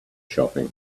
shopping